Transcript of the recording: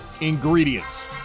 ingredients